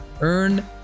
Earn